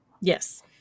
Yes